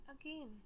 again